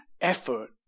effort